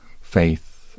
faith